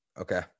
Okay